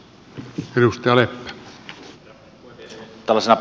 herra puhemies